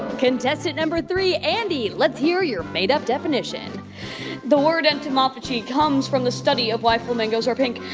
contestant number three, andy, let's hear your made-up definition the word entomophagy comes from the study of why flamingos are pink.